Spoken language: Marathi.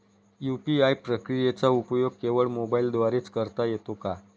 यू.पी.आय प्रक्रियेचा उपयोग केवळ मोबाईलद्वारे च करता येतो का?